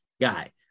guy